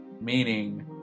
meaning